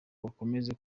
bakomeze